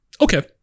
Okay